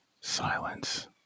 silence